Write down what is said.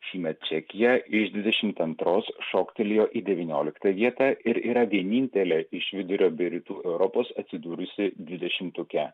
šįmet čekija iš dvidešimt antros šoktelėjo į devynioliktą vietą ir yra vienintelė iš vidurio bei rytų europos atsidūrusi dvidešimtuke